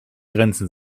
grenzen